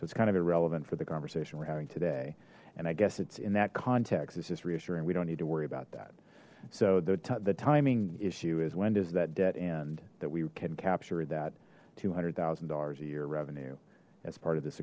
so it's kind of irrelevant for the conversation we're having today and i guess it's in that context this is reassuring we don't need to worry about that so the timing issue is that dead end that we can capture that two hundred thousand dollars a year revenue as part of this